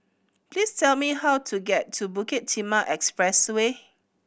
please tell me how to get to Bukit Timah Expressway